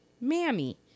Mammy